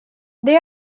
they